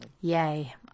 Yay